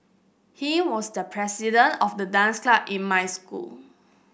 he was the president of the dance club in my school